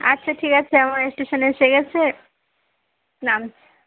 আচ্ছা ঠিক আছে আমার স্টেশান এসে গেছে নামছি